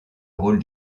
rôle